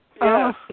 Yes